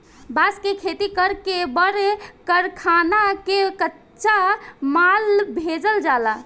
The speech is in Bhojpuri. बांस के खेती कर के बड़ कारखाना में कच्चा माल भेजल जाला